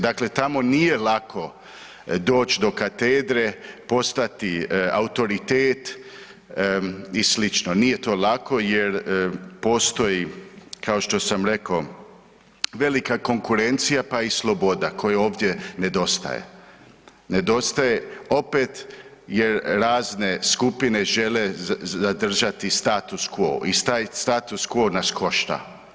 Dakle tamo nije lako doći do katedre, postati autoritet i sl., nije to lako jer postoji, kao što sam rekao, velika konkurencija, pa i sloboda, koja ovdje nedostaje, nedostaje opet jer razne skupine žele zadržati status quo i status quo nas košta.